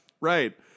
Right